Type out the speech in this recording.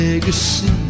Legacy